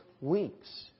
weeks